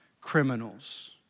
criminals